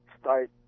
start